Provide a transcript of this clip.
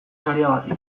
sariagatik